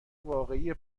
واقعی